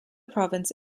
province